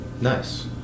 nice